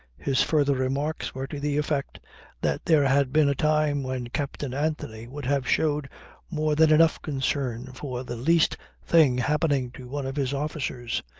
his further remarks were to the effect that there had been a time when captain anthony would have showed more than enough concern for the least thing happening to one of his officers.